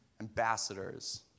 Ambassadors